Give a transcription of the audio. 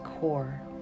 core